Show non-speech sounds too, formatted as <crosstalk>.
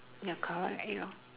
ya correct <noise>